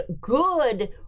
good